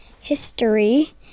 history